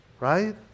Right